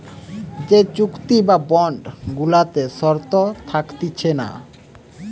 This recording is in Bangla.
যে চুক্তি বা বন্ড গুলাতে শর্ত থাকতিছে না